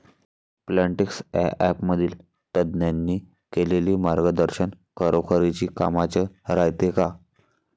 Plantix या ॲपमधील तज्ज्ञांनी केलेली मार्गदर्शन खरोखरीच कामाचं रायते का?